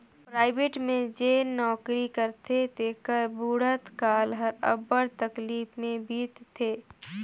private में जेन नउकरी करथे तेकर बुढ़त काल हर अब्बड़ तकलीफ में बीतथे